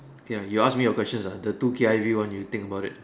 can I you ask me a question sia the two K_I_V one you think about it